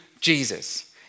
Jesus